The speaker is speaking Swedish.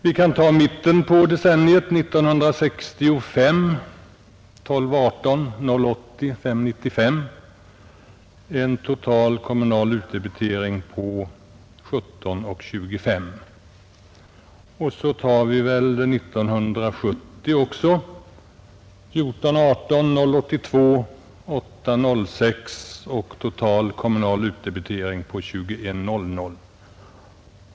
Vi kan sedan ta mitten på decenniet, år 1965: kommunal utdebitering 12:18, församlingen 0:80 och landstinget 5:95. Den totala kommunala utdebiteringen var i medeltal 17:25. År 1970 var den kommunala utdebiteringen 14:18, församlingen 0:82 och landstinget 8:06, total kommunal utdebitering i medeltal 21:00.